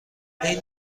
این